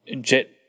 jet